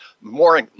more